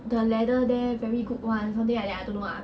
the leather there very good [one] something like that lah I don't know ah